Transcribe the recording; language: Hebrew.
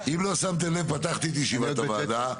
טירה,